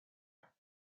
fayoum